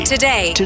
Today